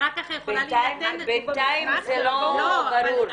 ------ בינתיים זה לא ברור.